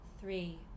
three